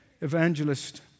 evangelist